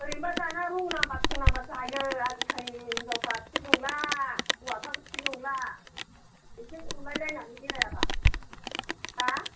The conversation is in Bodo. ओरैनोबा दाना रं नाम्बार थं नाम्बार जायो आजिखालिनि हिनजावफ्रा थिक नंला हौवाफ्राबो थिक नंला एसे अनलाय लायनानै बेरायाबा हा